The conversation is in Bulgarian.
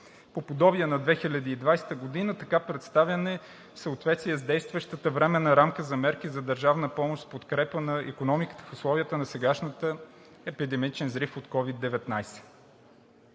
по подобие на 2020 г. така представени в съответствие с действащата временна рамка за мерки за държавна помощ в подкрепа на икономиката в условията на сегашния епидемичен взрив от COVID-19.